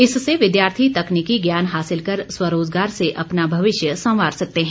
इससे विद्यार्थी तकनीकी ज्ञान हासिल कर स्वरोजगार से अपना भविष्य संवार सकते हैं